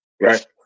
Right